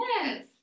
Yes